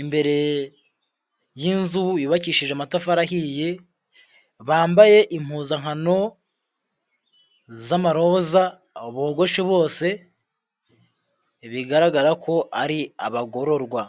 imbere y'inzu yubakishije amatafari ahiye, bambaye impuzankano z'amaroza, bogoshe bose, bigaragara ko ari abagororwa.